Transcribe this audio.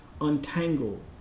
untangle